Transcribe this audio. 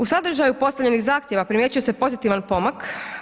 U sadržaju postavljenih zahtjeva primjećuje se pozitivan pomak.